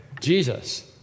Jesus